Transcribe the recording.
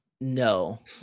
No